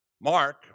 Mark